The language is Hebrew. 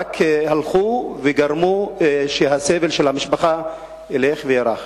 רק הלכו וגרמו שהסבל של המשפחה ילך ויארך.